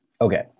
Okay